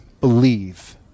believe